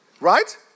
right